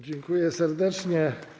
Dziękuję serdecznie.